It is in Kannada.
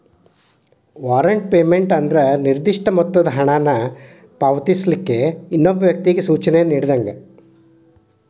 ವಾರೆಂಟ್ ಪೇಮೆಂಟ್ ಅಂದ್ರ ನಿರ್ದಿಷ್ಟ ಮೊತ್ತದ ಹಣನ ಪಾವತಿಸೋಕ ಇನ್ನೊಬ್ಬ ವ್ಯಕ್ತಿಗಿ ಸೂಚನೆ ನೇಡಿದಂಗ